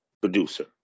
producer